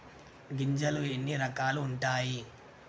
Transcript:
గింజలు ఎన్ని రకాలు ఉంటాయి?